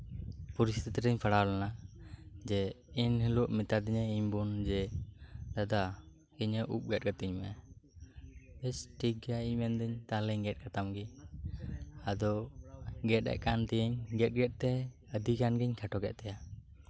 ᱯᱨᱤᱥᱛᱷᱤᱛᱤ ᱨᱤᱧ ᱯᱟᱲᱟᱣ ᱞᱮᱱᱟ ᱡᱮ ᱮᱱᱦᱤᱞᱳᱜ ᱢᱮᱛᱟ ᱫᱤᱧ ᱟᱭ ᱤᱧ ᱵᱳᱱ ᱡᱮ ᱫᱟᱫᱟ ᱤᱧᱟᱹᱜ ᱩᱱ ᱜᱮᱛ ᱠᱟᱛᱤᱧ ᱢᱮ ᱵᱮᱥ ᱴᱷᱤᱠ ᱜᱮᱭᱟ ᱤᱧ ᱢᱮᱱ ᱫᱟᱹᱧ ᱜᱮᱛ ᱠᱟᱛᱟᱢ ᱜᱮ ᱟᱫᱚ ᱜᱮᱛ ᱮᱜ ᱠᱟᱱ ᱛᱟᱸᱦᱮ ᱱᱟᱧ ᱜᱮᱛ ᱜᱮᱛ ᱛᱮ ᱟᱹᱰᱤ ᱜᱟᱱ ᱜᱤᱧ ᱠᱷᱟᱴᱚ ᱠᱮᱫ ᱛᱟᱭᱟ